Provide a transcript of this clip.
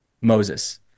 Moses